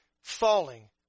falling